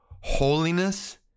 holiness